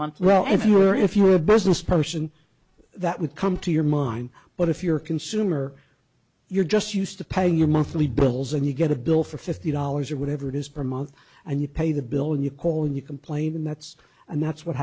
month well if you're if you're a business person that would come to your mind but if you're a consumer you're just used to paying your monthly bills and you get a bill for fifty dollars or whatever it is for months and you pay the bill and you call and you complain and that's and that's what